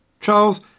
Charles